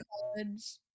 college